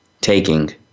taking